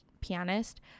pianist